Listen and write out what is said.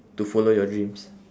to follow your dreams